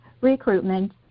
recruitment